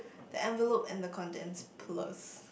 the envelope and the contents please